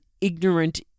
ignorant